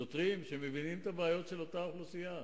שיהיו שוטרים שמבינים את הבעיות של אותה אוכלוסייה.